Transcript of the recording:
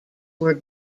were